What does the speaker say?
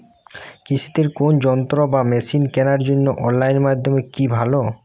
কৃষিদের কোন যন্ত্র বা মেশিন কেনার জন্য অনলাইন মাধ্যম কি ভালো?